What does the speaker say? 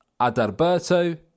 Adalberto